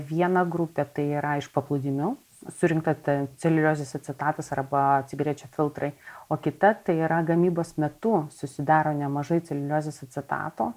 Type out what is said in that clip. viena grupė tai yra iš paplūdimių surinkta ta celiuliozės acetatas arba cigarečių filtrai o kita tai yra gamybos metu susidaro nemažai celiuliozės acetato